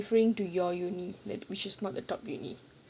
I am referring to your university that which is not the top university